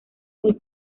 muy